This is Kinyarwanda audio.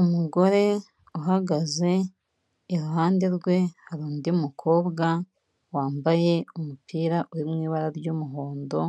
Umugore uhagaze iruhande rwe hari undi mukobwa wambaye umupira uri mu ibara ry'umuhondo